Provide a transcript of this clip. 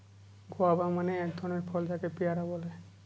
guava মানে এক ধরনের ফল যাকে পেয়ারা বলে